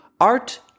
Art